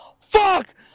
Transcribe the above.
FUCK